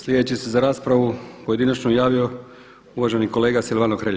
Sljedeći se za raspravu pojedinačno javio uvaženi kolega Silvano Hrelja.